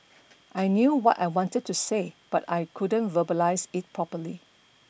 I knew what I wanted to say but I couldn't verbalise it properly